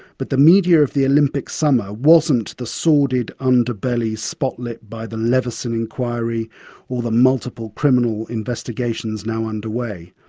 but the media of the olympic summer wasn't the sordid underbelly spotlit by the leveson inquiry or the multiple criminal investigations now underway.